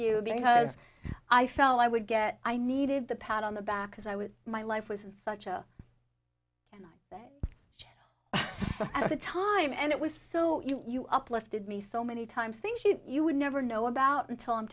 you because i felt i would get i needed the pat on the back because i was my life was in such a at the time and it was so you uplifted me so many times things you you would never know about until i'm